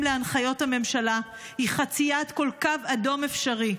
להנחיות הממשלה היא חציית כל קו אדום אפשרי.